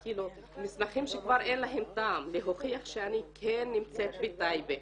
מסמכים שכבר אין להם טעם להוכיח שאני כן נמצאת בטייבה,